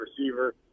receiver